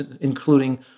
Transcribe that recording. including